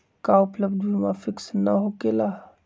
का उपलब्ध बीमा फिक्स न होकेला?